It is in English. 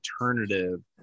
alternative